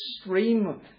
extreme